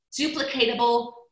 duplicatable